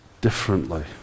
differently